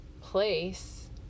place